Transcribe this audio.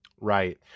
right